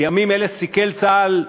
בימים אלה סיכל צה"ל,